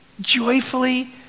joyfully